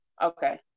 Okay